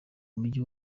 umujyi